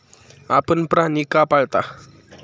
आपण प्राणी का पाळता?